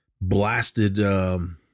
blasted